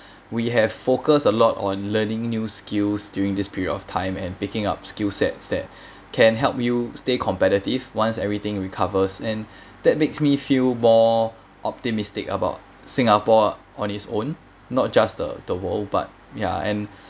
we have focused a lot on learning new skills during this period of time and picking up skill sets that can help you stay competitive once everything recovers and that makes me feel more optimistic about singapore on its own not just the the world but ya and